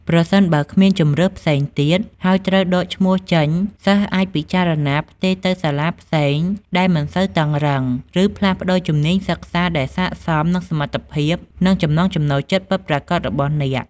ប្រសិនបើគ្មានជម្រើសផ្សេងទៀត ហើយត្រូវដកឈ្មោះចេញ សិស្សអាចពិចារណាផ្ទេរទៅសាលាផ្សេងដែលមិនសូវតឹងរ៉ឹង ឬផ្លាស់ប្តូរជំនាញសិក្សាដែលស័ក្តិសមនឹងសមត្ថភាព និងចំណង់ចំណូលចិត្តពិតប្រាកដរបស់អ្នក។